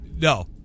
No